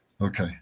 okay